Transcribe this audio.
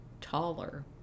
taller